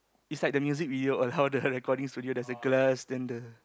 it's like the music video on how the recording studio there's a glass then the